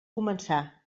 començar